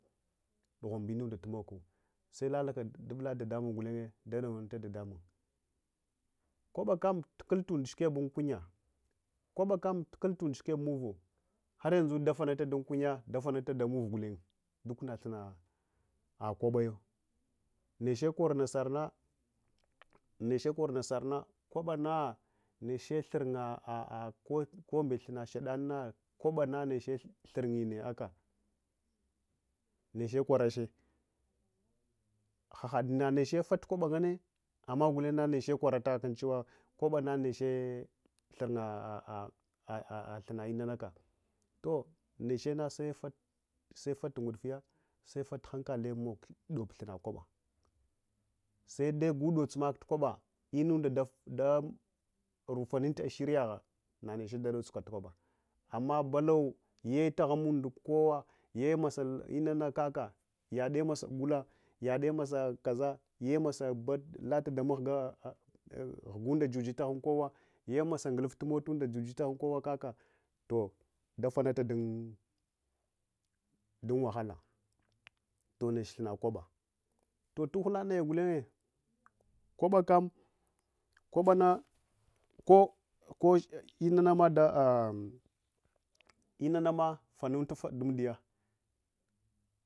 Dughwanubu tinunda tumok-ku selakka duvuk dadamun gulenye dadawanuta dadamun, kwabakam tukul tunɗshikeb unkunya, kwabakam tukal tunda shikeb muva, haryanzu dafanata dunkunya davanata ndamuv gulenye ɗuk na thunnaakwabaya niche kor nasarna kwa banna neche thurgha hasakhi kombet thunna shed danna kobanna neche thurgyenne aka neche kwarache, hahad naneche fatkwabakwarache, hahad naneche fakwaba nganne, amma gulen na neche kwarata akan chewa kwebana neche thurgha hartut thunna inanaka tohi nechena sefaltu nguɗviya sefat tuhankale ɗob thunna kwaba sede guddodzumak kwabe inunda ɗa nifanat asiriyagha naneche dadotsuka kwaba amma balav ye tahun amundo kowa kaka yadde masa gula yade masa kaza yemasa lata damahga huggunda jujatahun kowa yemosa nguluftu mota juja taghun kowa kaka toh davanunta dun dun wahal toh nech thunna kwaba toh tuhwa naya gulenye kwabakam, kwabama ko ko inanam lanuntafe dumdiya.